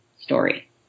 story